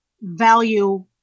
value